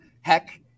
Heck